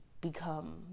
become